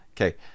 okay